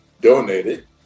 donated